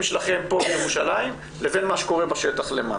שלכם פה בירושלים לבין מה שקורה בשטח למטה.